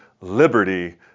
liberty